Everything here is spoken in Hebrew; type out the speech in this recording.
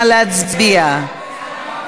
נא להצביע.